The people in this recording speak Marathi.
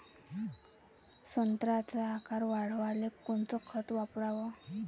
संत्र्याचा आकार वाढवाले कोणतं खत वापराव?